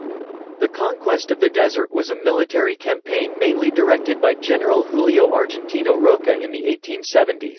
the conquest of the desert was a military campaign mainly directed by general julio argentino roca in the eighteen seventy s,